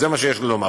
זה מה שיש לי לומר.